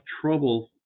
trouble